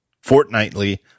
fortnightly